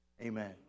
amen